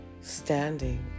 standing